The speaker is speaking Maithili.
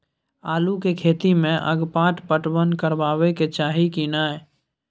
आलू के खेती में अगपाट पटवन करबैक चाही की नय?